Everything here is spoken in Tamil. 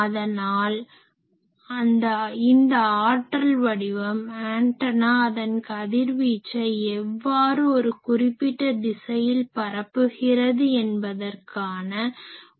அதனால் இந்த ஆற்றல் வடிவம் ஆன்டனா அதன் கதிர்வீச்சை எவ்வாறு ஒரு குறிப்பிட்ட திசையில் பரப்புகிறது என்பதற்கான ஒரு கற்பனை வடிவம் ஆகும்